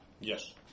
Yes